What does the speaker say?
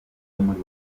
muri